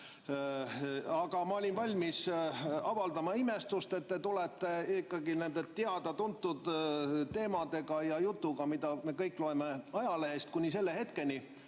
Aga ma olin valmis avaldama imestust, et te tulete ikkagi nende teada-tuntud teemadega ja jutuga, mida me kõik loeme ajalehest, kuni selle hetkeni,